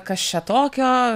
kas čia tokio